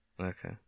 Okay